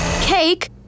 Cake